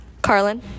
Carlin